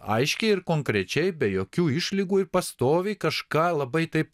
aiškiai ir konkrečiai be jokių išlygų ir pastoviai kažką labai taip